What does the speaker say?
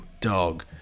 dog